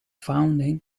founding